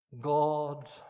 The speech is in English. God